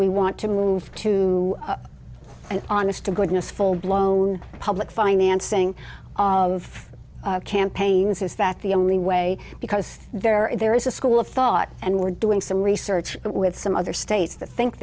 we want to move to an honest to goodness full blown public financing of campaigns is that the only way because there are there is a school of thought and we're doing some research with some other states that think